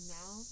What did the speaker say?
now